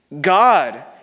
God